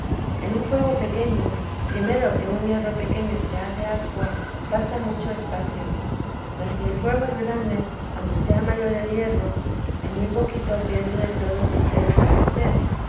en un fuego pequeño primero que un hierro pequeño se hace ascua pasa mucho espacio mas si el fuego es grande aunque sea mayor el hierro en muy poquito pierde del todo su ser al parecer